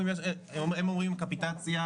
איפה זה מפורסם?